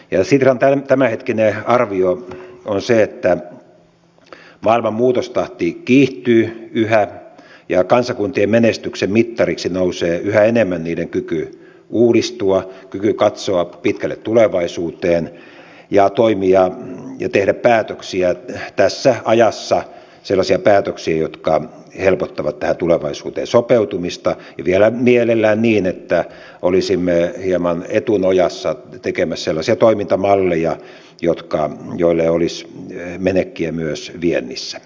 sitran tämänhetkinen arvio on se että maailman muutostahti kiihtyy yhä ja kansakuntien menestyksen mittariksi nousee yhä enemmän niiden kyky uudistua kyky katsoa pitkälle tulevaisuuteen ja toimia ja tehdä päätöksiä tässä ajassa sellaisia päätöksiä jotka helpottavat tähän tulevaisuuteen sopeutumista ja vielä mielellään niin että olisimme hieman etunojassa tekemässä sellaisia toimintamalleja joille olisi menekkiä myös viennissä